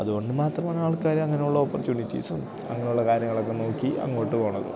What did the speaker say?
അതുകൊണ്ടു മാത്രമാണ് ആൾക്കാര് അങ്ങനെയുള്ള ഓപ്പർച്യണിറ്റീസും അങ്ങനെയുള്ള കാര്യങ്ങളൊക്കെ നോക്കി അങ്ങോട്ട് പോകുന്നത്